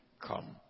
come